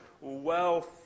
wealth